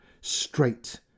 straight